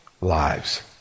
lives